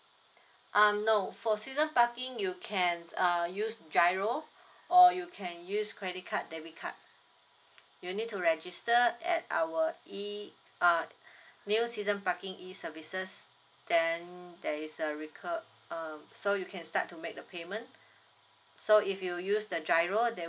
um no for season parking you can uh use GIRO or you can use credit card debit card you need to register at our E uh new season parking E services then there is a recur~ uh so you can start to make the payment so if you use the GIRO there will